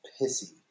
pissy